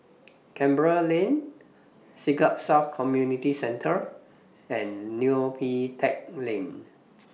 Canberra Lane Siglap South Community Centre and Neo Pee Teck Lane